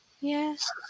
Yes